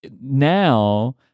Now